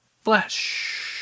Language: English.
Flash